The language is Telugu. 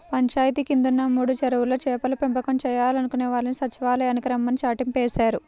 పంచాయితీ కిందున్న మూడు చెరువుల్లో చేపల పెంపకం చేయాలనుకునే వాళ్ళని సచ్చివాలయానికి రమ్మని చాటింపేశారు